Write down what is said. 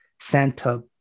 Santa